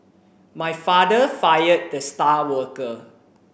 my father fired the star worker